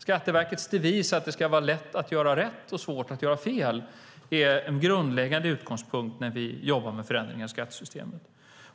Skatteverkets devis att det ska vara lätt att göra rätt och svårt att göra fel är en grundläggande utgångspunkt när vi jobbar med förändringar i skattesystemet.